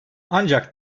ancak